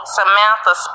Samantha